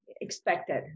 expected